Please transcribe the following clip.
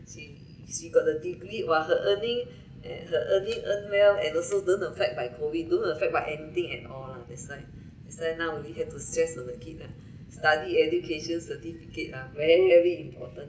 she she got the degree !wah! her earning her earning earned well and also don't affect by COVID don't affect by anything at all lah that's why that's why now only have to stress on the kid lah study education certificate ah very very important